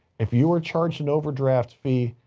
if you were charged an overdraft fee,